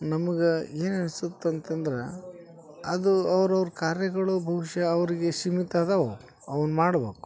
ನಮ್ಗೆ ಏನು ಅನ್ಸುತ್ತೆ ಅಂತಂದ್ರೆ ಅದು ಅವ್ರವ್ರ ಕಾರ್ಯಗಳು ಬಹುಶಃ ಅವರಿಗೆ ಸೀಮಿತ ಅದಾವವು ಅವನ್ನ ಮಾಡ್ಬೇಕು